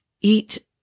eat